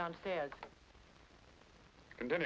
downstairs and then